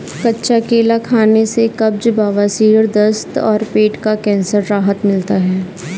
कच्चा केला खाने से कब्ज, बवासीर, दस्त और पेट का कैंसर से राहत मिलता है